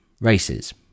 races